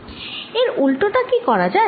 এর উল্টো টা কি করা যায়